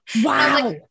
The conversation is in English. wow